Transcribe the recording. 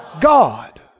God